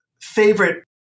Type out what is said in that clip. favorite